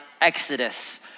Exodus